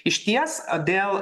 išties dėl